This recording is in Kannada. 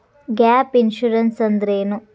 ಗ್ಯಾಪ್ ಇನ್ಸುರೆನ್ಸ್ ಅಂದ್ರೇನು?